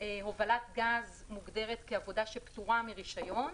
הובלת גז מוגדרת עבודה שפטורה מרישיון,